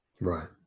Right